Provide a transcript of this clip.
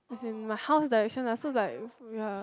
as in my house direction lah so is like ya